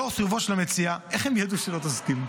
לאור סירובו של המציע, איך הם ידעו שלא תסכים?